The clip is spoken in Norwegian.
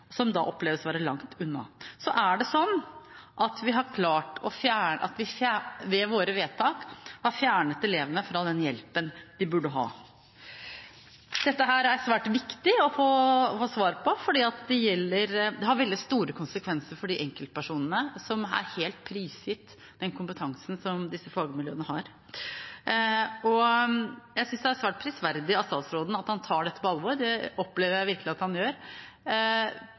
da oppleves å være langt unna. Da er det sånn at vi ved våre vedtak har fjernet elevene fra den hjelpen de burde ha. Dette er svært viktig å få svar på fordi det har veldig store konsekvenser for de enkeltpersonene som er helt prisgitt den kompetansen som disse fagmiljøene har. Jeg synes det er svært prisverdig av statsråden at han tar dette på alvor. Det opplever jeg virkelig at han gjør,